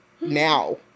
now